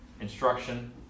instruction